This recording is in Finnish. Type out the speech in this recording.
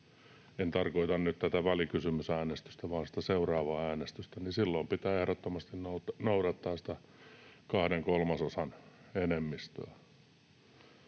en tarkoita nyt tätä välikysymysäänestystä vaan sitä seuraavaa äänestystä — pitää ehdottomasti noudattaa sitä kahden kolmasosan enemmistöä.